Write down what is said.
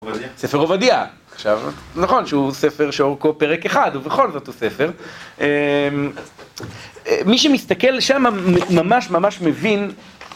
ספר עובדיה, נכון שהוא ספר שאורכו פרק אחד ובכל זאת הוא ספר, מי שמסתכל שם ממש ממש מבין.